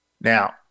now